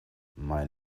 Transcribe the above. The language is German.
mein